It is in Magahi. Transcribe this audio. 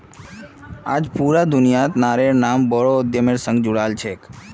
आज पूरा दुनियात नारिर नाम बोरो उद्यमिर संग जुराल छेक